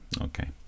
okay